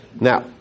Now